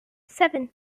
seven